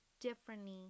differently